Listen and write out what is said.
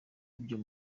ibyo